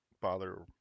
bother